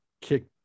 kick